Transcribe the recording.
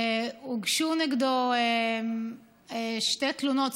הוגשו נגדו שתי תלונות,